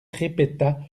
répéta